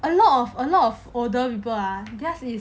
a lot of a lot of older people ah just is